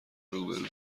روبرو